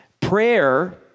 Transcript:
prayer